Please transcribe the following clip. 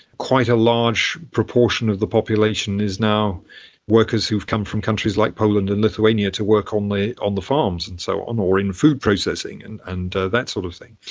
quite a large proportion of the population is now workers who come from countries like poland and lithuania to work on the farms and so on or in food processing and and that sort of thing.